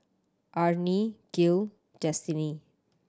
Arne Gil Destiney